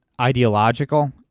ideological